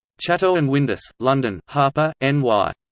chatto and windus, london harper, n y.